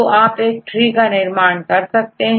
तो आप एक Tree का निर्माण कर सकते हैं